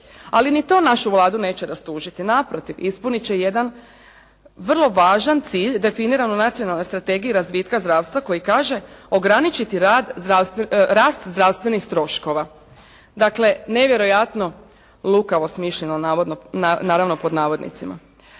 Ali ni to našu Vladu neće rastužiti. Naprotiv, ispunit će jedan vrlo važan cilj definiran u Nacionalnoj strategiji razvitka zdravstva koji kaže ograničiti rast zdravstvenih troškova. Dakle, nevjerojatno "lukavo smišljeno". Ovim zakonom